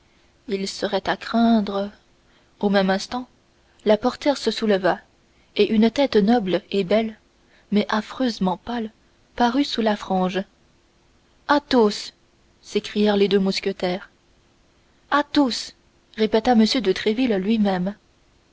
il serait à craindre au même instant la portière se souleva et une tête noble et belle mais affreusement pâle parut sous la frange athos s'écrièrent les deux mousquetaires athos répéta m de tréville lui-même